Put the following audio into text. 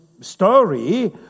story